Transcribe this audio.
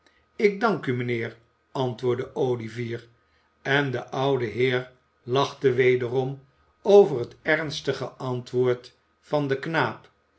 ik dank u mijnheer antwoordde olivier en de oude heer lachte wederom over het ernstige antwoord van den knaap